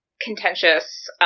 contentious